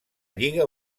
lliga